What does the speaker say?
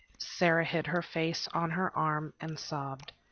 sara hid her face on her arms and sobbed.